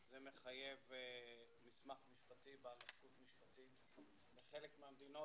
זה מחייב מסמך משפטי בעל נפקות משפטית ובחלק מהמדינות